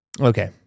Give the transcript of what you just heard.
Okay